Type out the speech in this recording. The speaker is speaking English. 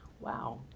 Wow